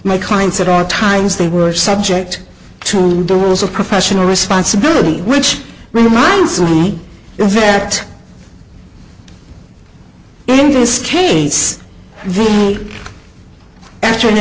my clients at all times they were subject to the rules of professional responsibility which reminds me of that in this case this week after an